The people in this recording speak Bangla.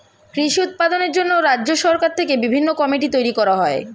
কৃষি উৎপাদনের জন্য রাজ্য সরকার থেকে বিভিন্ন কমিটি তৈরি করা হয়